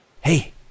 Hey